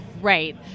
Right